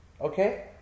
okay